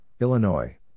Illinois